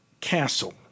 castle